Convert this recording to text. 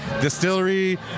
distillery